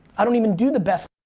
i don't even do the best